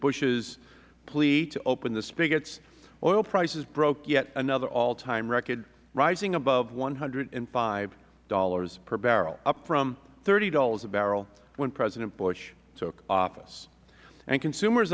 bush's plea to open the spigots oil prices broke yet another all time record rising above one hundred and five dollars per barrel up from thirty dollars a barrel when president bush took office and consumers